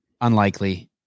Unlikely